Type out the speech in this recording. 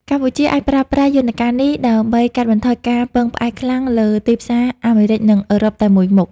កម្ពុជាអាចប្រើប្រាស់យន្តការនេះដើម្បីកាត់បន្ថយការពឹងផ្អែកខ្លាំងលើទីផ្សារអាមេរិក និងអឺរ៉ុបតែមួយមុខ។